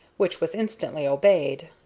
which was instantly obeyed.